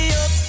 up